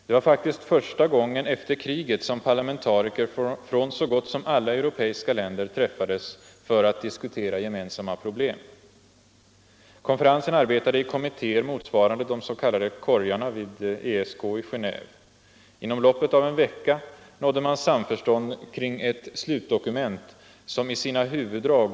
Det var faktiskt första gången efter kriget som parlamentariker från så gott som alla europeiska länder träffades för att diskutera gemensamma problem. Konferensen arbetade i kommittéer motsvarande de s.k. korgarna vid ESK i Genéve. Inom loppet av en vecka nådde man samförstånd kring ett slutdokument som i sina huvuddrag.